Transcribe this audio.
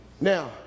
Now